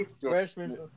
freshman